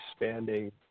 expanding